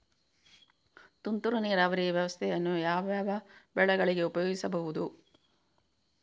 ತುಂತುರು ನೀರಾವರಿ ವ್ಯವಸ್ಥೆಯನ್ನು ಯಾವ್ಯಾವ ಬೆಳೆಗಳಿಗೆ ಉಪಯೋಗಿಸಬಹುದು?